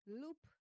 loop